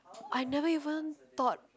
I never even thought